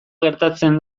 gertatzen